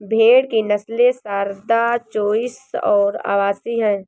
भेड़ की नस्लें सारदा, चोइस और अवासी हैं